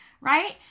right